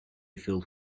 filled